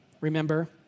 remember